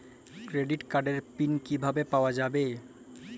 Credit কার্ডের PIN কিভাবে পাওয়া যাবে?